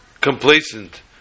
complacent